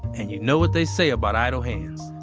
and you know what they say about idle hands.